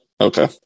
Okay